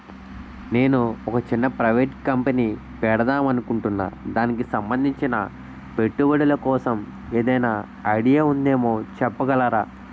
నేను ఒక చిన్న ప్రైవేట్ కంపెనీ పెడదాం అనుకుంటున్నా దానికి సంబందించిన పెట్టుబడులు కోసం ఏదైనా ఐడియా ఉందేమో చెప్పగలరా?